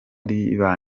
riba